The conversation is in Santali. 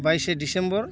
ᱵᱟᱭᱤᱥᱮ ᱰᱤᱥᱮᱢᱵᱚᱨ